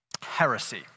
Heresy